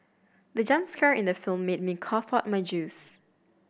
the jump scare in the film made me cough out my juice